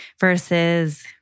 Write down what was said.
versus